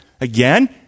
Again